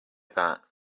that